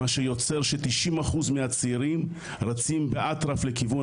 מה שיוצר ש-90% מהצעירים רצים באטרף לכיוון